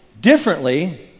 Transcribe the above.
differently